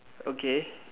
okay